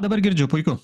dabar girdžiu puiku